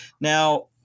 Now